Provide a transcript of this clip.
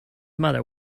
mother